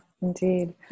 indeed